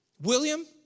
William